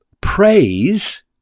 Praise